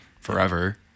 forever